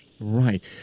right